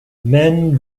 men